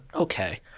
okay